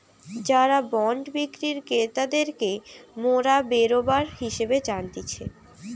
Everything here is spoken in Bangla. যারা বন্ড বিক্রি ক্রেতাদেরকে মোরা বেরোবার হিসেবে জানতিছে